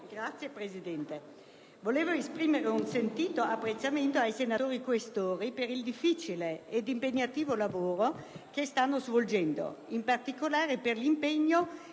UDC, SVP e Autonomie, un sentito apprezzamento ai senatori Questori per il difficile e impegnativo lavoro che stanno svolgendo, in particolare per l'impegno